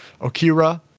Okira